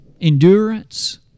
endurance